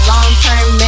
Long-term